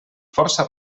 força